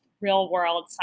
real-world